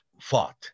fought